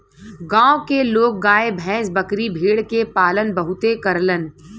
गांव के लोग गाय भैस, बकरी भेड़ के पालन बहुते करलन